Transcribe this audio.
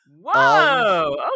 Whoa